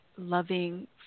loving